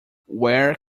where